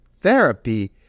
therapy